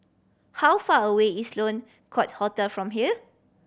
how far away is Sloane Court Hotel from here